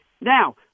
Now